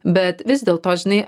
bet vis dėlto žinai